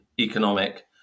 economic